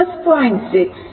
61